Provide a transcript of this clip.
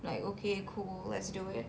like okay cool let's do it